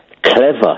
clever